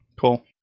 Cool